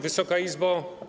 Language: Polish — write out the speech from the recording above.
Wysoka Izbo!